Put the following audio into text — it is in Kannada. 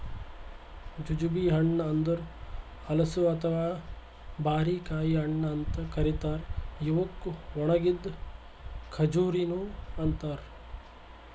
ಜುಜುಬಿ ಹಣ್ಣ ಅಂದುರ್ ಹಲಸು ಅಥವಾ ಬಾರಿಕಾಯಿ ಹಣ್ಣ ಅಂತ್ ಕರಿತಾರ್ ಇವುಕ್ ಒಣಗಿದ್ ಖಜುರಿನು ಅಂತಾರ